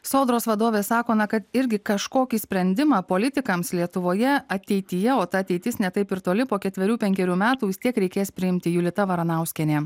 sodros vadovė sakome kad irgi kažkokį sprendimą politikams lietuvoje ateityje o ta ateitis ne taip ir toli po ketverių penkerių metų vis tiek reikės priimti julita varanauskienė